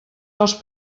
dels